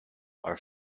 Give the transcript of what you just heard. are